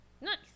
Nice